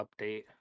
update